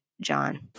John